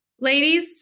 Ladies